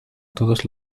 todos